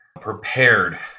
prepared